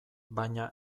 baina